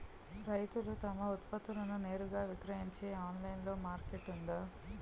రైతులు తమ ఉత్పత్తులను నేరుగా విక్రయించే ఆన్లైన్ మార్కెట్ ఉందా?